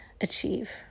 achieve